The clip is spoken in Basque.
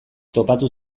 topatu